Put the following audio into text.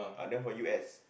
ah that one from U_S